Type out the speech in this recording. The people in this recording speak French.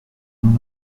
nous